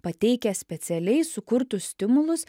pateikia specialiai sukurtus stimulus